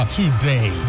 today